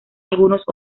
algunos